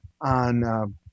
on